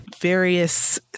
various